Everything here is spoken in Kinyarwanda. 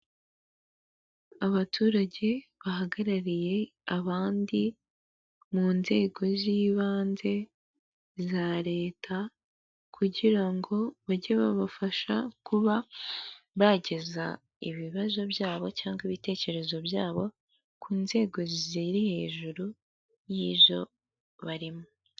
Abaturage bahagarariye abandi mu nzego z'ibanze za Leta, kugira ngo bajye babafasha kuba bageza ibibazo byabo cyangwa ibitekerezo byabo ku nzego ziri hejuru yizo barimo.